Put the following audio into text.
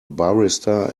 barista